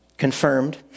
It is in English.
confirmed